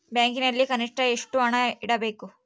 ಬ್ಯಾಂಕಿನಲ್ಲಿ ಕನಿಷ್ಟ ಎಷ್ಟು ಹಣ ಇಡಬೇಕು?